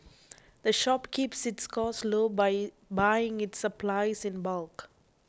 the shop keeps its costs low by buying its supplies in bulk